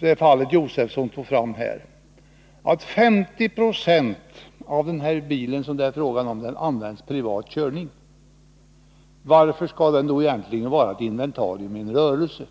det fall Stig Josefson tog fram. Jag skulle vilja fråga: Om den bil det är fråga om till 50 2 används i privat körning, varför skall den då betraktas som inventarium i rörelsen?